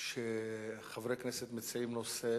שחברי כנסת מציעים נושא